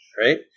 right